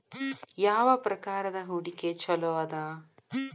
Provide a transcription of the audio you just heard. ಯಾವ ಪ್ರಕಾರದ ಹೂಡಿಕೆ ಚೊಲೋ ಅದ